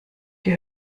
die